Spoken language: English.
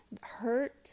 Hurt